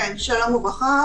שלום וברכה.